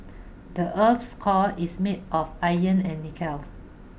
the earth's core is made of iron and nickel